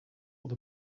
what